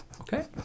Okay